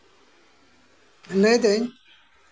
ᱞᱟᱹᱭ ᱫᱟᱹᱧ